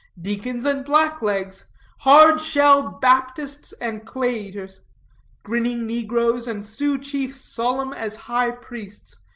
deacons and blacklegs hard-shell baptists and clay-eaters grinning negroes, and sioux chiefs solemn as high-priests.